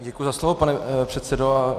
Děkuji za slovo, pane předsedo.